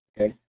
okay